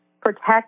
protect